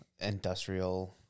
industrial